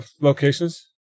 locations